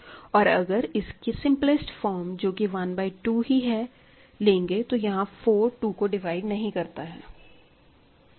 और अगर इसकी सिंपलेस्ट फॉर्म जो कि 1 बाय 2 ही है लेंगे तो यहां 4 2 को डिवाइड नहीं करता है